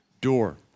door